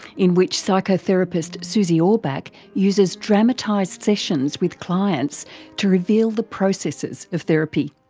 in which psychotherapist susie orbach uses dramatized sessions with clients to reveal the processes of therapy.